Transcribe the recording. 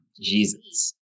Jesus